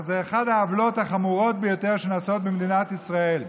אז זה אחד העוולות החמורים ביותר שנעשים במדינת ישראל.